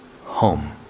home